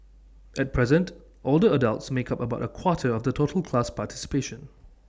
at present older adults make up about A quarter of the total class participation